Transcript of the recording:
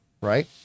right